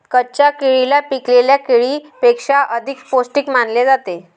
कच्च्या केळीला पिकलेल्या केळीपेक्षा अधिक पोस्टिक मानले जाते